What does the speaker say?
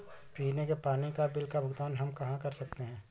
पीने के पानी का बिल का भुगतान हम कहाँ कर सकते हैं?